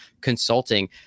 consulting